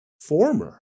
Former